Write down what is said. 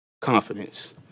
confidence